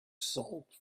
sold